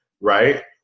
Right